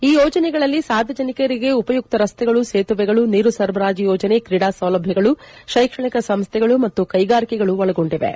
ಈ ಯೋಜನೆಗಳಲ್ಲಿ ಸಾರ್ವಜನಿಕರಿಗೆ ಉಪಯುಕ್ತ ರಸ್ತೆಗಳು ಸೇತುವೆಗಳು ನೀರು ಸರಬರಾಜು ಯೋಜನೆ ಕ್ರೀಡಾ ಸೌಲಭ್ಯಗಳು ಶೈಕ್ಷಣಿಕ ಸಂಸ್ಲೆಗಳು ಮತ್ತು ಕೈಗಾರಿಕೆಗಳು ಒಳಗೊಂಡಿವೆ